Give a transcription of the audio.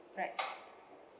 right